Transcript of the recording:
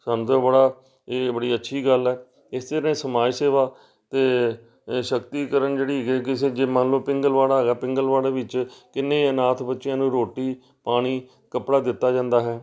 ਸਾਨੂੰ ਤਾਂ ਬੜਾ ਇਹ ਬੜੀ ਅੱਛੀ ਗੱਲ ਹੈ ਇਸੇ ਤਰ੍ਹਾਂ ਹੀ ਸਮਾਜ ਸੇਵਾ ਅਤੇ ਏ ਸ਼ਕਤੀਕਰਨ ਜਿਹੜੀ ਜੇ ਕਿਸੇ ਜੇ ਮੰਨ ਲਓ ਪਿੰਗਲਵਾੜਾ ਹੈਗਾ ਪਿੰਗਲਵਾੜੇ ਵਿੱਚ ਕਿੰਨੇ ਅਨਾਥ ਬੱਚਿਆਂ ਨੂੰ ਰੋਟੀ ਪਾਣੀ ਕੱਪੜਾ ਦਿੱਤਾ ਜਾਂਦਾ ਹੈ